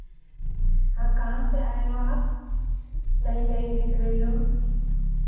हाँ कहाँ से आए हो आप नहीं नहीं दिख रही हो